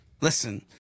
Listen